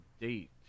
date